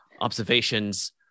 observations